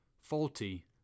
Faulty